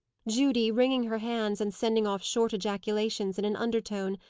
judy, wringing her hands, and sending off short ejaculations in an undertone,